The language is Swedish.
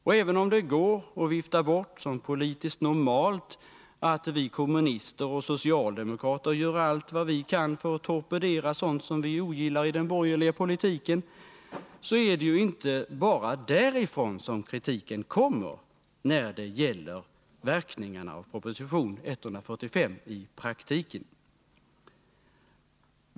Och även om det går att vifta bort som politiskt normalt att vi kommunister och socialdemokrater gör allt vad vi kan för att torpedera sådant som vi ogillar i den borgerliga politiken, så är det ju inte bara från oss som kritiken kommer när det gäller verkningarna av proposition 145 i praktiken.